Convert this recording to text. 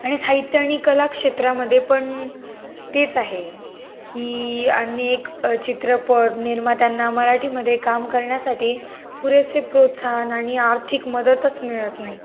आणि साहित्य आणि कलाक्षेत्रामध्ये पण तेच आहे की अनेक चित्रपटनिर्मात्यांना मराठीमध्ये काम करण्यासाठी पुरेसे प्रोत्साहन आणि आर्थिक मदतच मिळत नाही